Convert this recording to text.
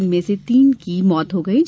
इनमें से तीन की मौत हो गई ै